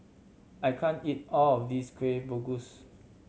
I can't eat all of this Kueh Bugis